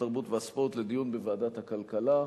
התרבות והספורט לדיון בוועדת הכלכלה.